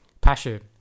passion